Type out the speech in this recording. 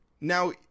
now